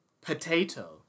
Potato